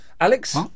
alex